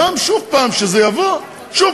הרווחתם, תכבד מישהו אחר.